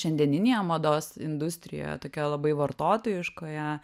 šiandieninėje mados industrijoje tokioje labai vartotojiškoje